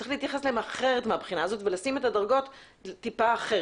צריך להתייחס אליהן אחרת מהבחינה הזאת ולשים את הדרגות מעט אחרת.